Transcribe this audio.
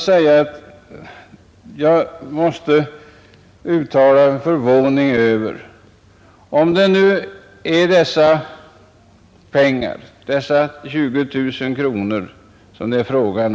Jag måste uttala min förvåning över att det i detta sammanhang ställs krav på ytterligare 17 000 kronor utöver vad utskottet föreslagit.